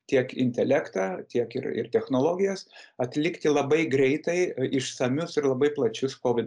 tiek intelektą tiek ir ir technologijas atlikti labai greitai išsamius ir labai plačius kovid